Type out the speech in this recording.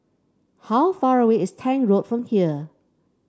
how far away is Tank Road from here